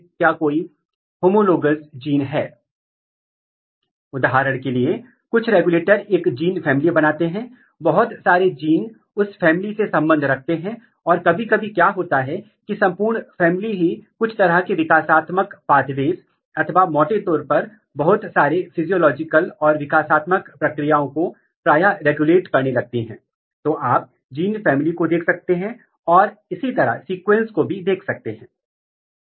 मान लें कि आपके पास एक उत्परिवर्ती है जहां उत्परिवर्तन इस विशेष जीन में है और अगर आप इसको लेकर एक सप्रेशर म्युटेंट की पहचान करने की कोशिश करते हैं यदि आप फिर से उत्परिवर्तित करते हैं तो संभावना है कि एक अन्य उत्परिवर्तन जो एक ही साइट पर या उसी जीन में होता है या अलग साइट पर और दूसरे म्यूटेंट इस विशेष जीन के कार्य को बहाल कर सकते हैं इस तरह के म्यूटेंट को इंट्रेजेनिक सप्रेसर कहा जाता है